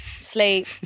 sleep